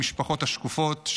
המשפחות השקופות,